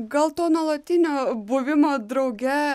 gal to nuolatinio buvimo drauge